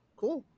cool